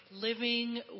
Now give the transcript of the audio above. living